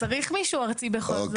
צריך מישהו ארצי בכל זאת.